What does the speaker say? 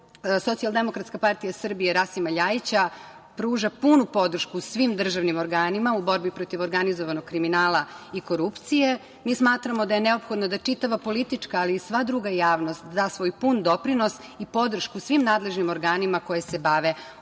Socijaldemokratska partija Srbije Rasima Ljajića pruža punu podršku svim državnim organima u borbi protiv organizovanog kriminala i korupcije. Mi smatramo da je neophodno da čitava politička, ali i sva druga javnost da svoj pun doprinos i podršku svim nadležnim organima koji se bave ovim